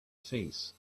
face